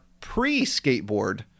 Pre-skateboard